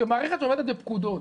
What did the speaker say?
המערכת עומדת בפקודות.